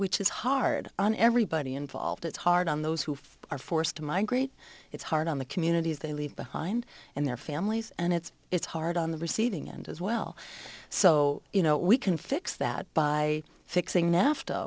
which is hard on everybody involved it's hard on those who are forced to migrate it's hard on the communities they leave behind and their families and it's it's hard on the receiving end as well so you know we can fix that by fixing nafta